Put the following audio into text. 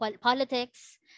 politics